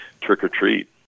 trick-or-treat